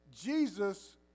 Jesus